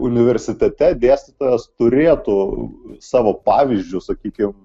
universitete dėstytojas turėtų savo pavyzdžiu sakykim